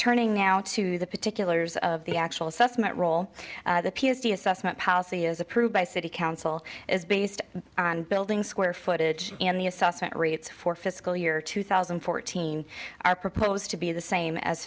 turning now to the particulars of the actual assessment role the p s t assessment policy is approved by city council is based on building square footage and the assessment rates for fiscal year two thousand and fourteen are proposed to be the same as